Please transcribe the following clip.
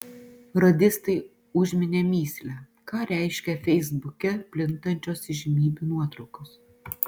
radistai užminė mįslę ką reiškia feisbuke plintančios įžymybių nuotraukos